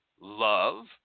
love